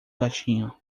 gatinho